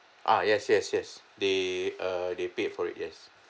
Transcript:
ah yes yes yes they uh they paid for it yes